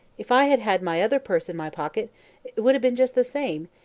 if i had had my other purse in my pocket, it would have been just the same,